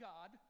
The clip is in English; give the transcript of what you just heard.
God